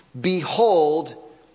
Behold